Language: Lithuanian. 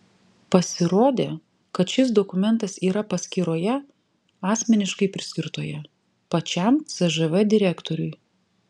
pasirodė kad šis dokumentas yra paskyroje asmeniškai priskirtoje pačiam cžv direktoriui